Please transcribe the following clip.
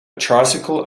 tricycle